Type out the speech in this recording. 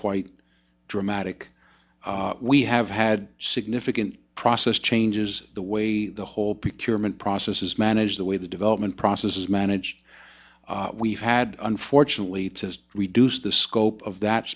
quite dramatic we have had significant process changes the way the whole picture mint process is managed the way the development process is managed we've had unfortunately to reduce the scope of that